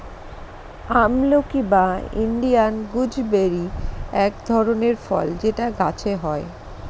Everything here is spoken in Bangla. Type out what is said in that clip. আমলকি বা ইন্ডিয়ান গুজবেরি এক ধরনের ফল যেটা গাছে হয়